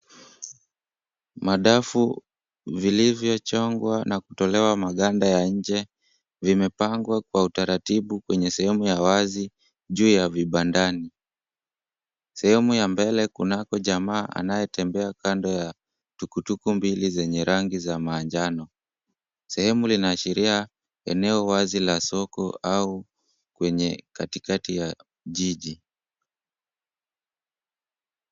Madafu vilivyochongwa na kutolewa maganda ya nje vimepangwa kwa utaratibu kwenye sehemu ya wazi juu ya vibandani, sehemu ya mbele kunako jamaa anayetembea kando ya tuktuk mbili zenye rangi za manjano. Sehemu linaashiria eneo wazi la soko au kwenye katikati ya jiji.